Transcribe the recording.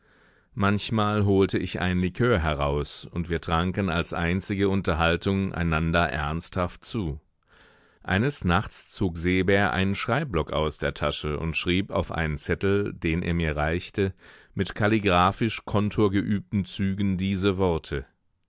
manchmal holte ich einen likör heraus und wir tranken als einzige unterhaltung einander ernsthaft zu eines nachts zog seebär einen schreibblock aus der tasche und schrieb auf einen zettel den er mir reichte mit kalligraphisch kontorgeübten zügen diese worte